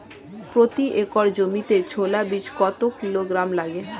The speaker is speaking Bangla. প্রতি একর জমিতে ছোলা বীজ কত কিলোগ্রাম লাগে?